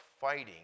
fighting